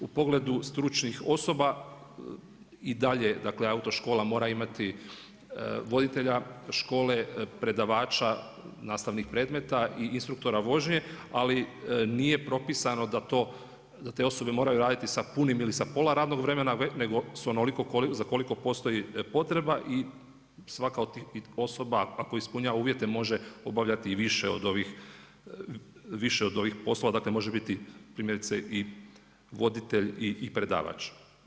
U pogledu stručnih osoba i dalje dakle autoškola mora imati voditelja škole, predavača nastavnih predmeta i instruktora vožnje ali nije propisano da te osobe moraju raditi sa punim ili sa pola radnog vremena nego sa onoliko za koliko postoji potreba i svaka od tih osoba ako ispunjava uvjete može obavljati i više od ovih poslova, dakle može biti primjerice i voditelj i predavač.